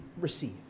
receive